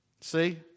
See